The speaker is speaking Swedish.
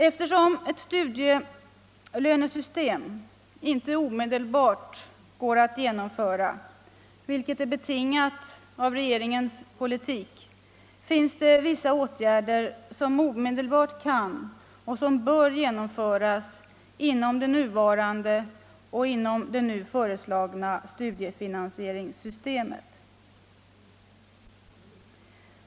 Eftersom ett studielönesystem inte omedelbart går att införa, vilket är betingat av regeringens politik, finns det vissa åtgärder som omedelbart kan och bör vidtas inom det nuvarande och nu föreslagna studiefinansieringssystemet.